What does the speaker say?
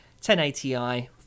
1080i